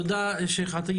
תודה רבה.